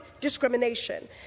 discrimination